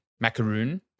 macaroon